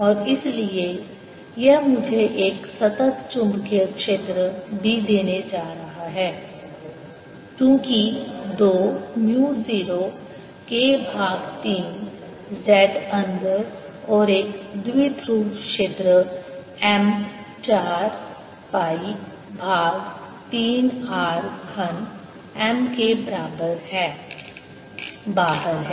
और इसलिए यह मुझे एक सतत चुंबकीय क्षेत्र B देने जा रहा है जो कि 2 म्यू 0 K भाग 3 z अंदर और एक द्विध्रुव क्षेत्र m 4 पाई भाग 3 r घन M के बराबर है बाहर है